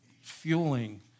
fueling